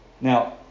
Now